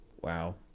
Wow